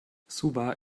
suva